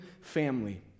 family